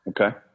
Okay